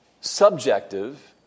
subjective